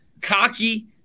cocky